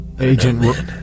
Agent